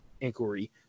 inquiry